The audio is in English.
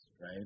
right